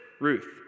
Ruth